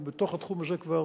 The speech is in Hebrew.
הוא בתוך התחום הזה כבר